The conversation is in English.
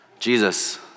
Jesus